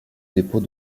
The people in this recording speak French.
dépôt